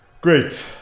Great